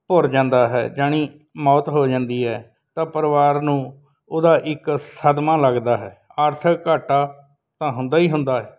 ਭੁਰ ਜਾਂਦਾ ਹੈ ਜਾਣੀ ਮੌਤ ਹੋ ਜਾਂਦੀ ਹੈ ਤਾਂ ਪਰਿਵਾਰ ਨੂੰ ਉਹਦਾ ਇੱਕ ਸਦਮਾ ਲੱਗਦਾ ਹੈ ਆਰਥਿਕ ਘਾਟਾ ਤਾਂ ਹੁੰਦਾ ਹੀ ਹੁੰਦਾ ਹੈ